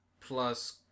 plus